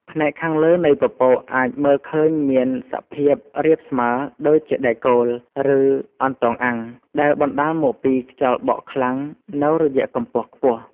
ផ្នែកខាងលើនៃពពកអាចមើលឃើញមានសភាពរាបស្មើដូចជាដែកគោល ឬអន្ទង់អាំង ដែលបណ្តាលមកពីខ្យល់បក់ខ្លាំងនៅរយៈកម្ពស់ខ្ពស់។